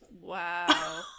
Wow